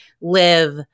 live